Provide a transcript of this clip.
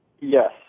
Yes